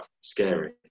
scary